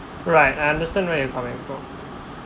right I understand where you're coming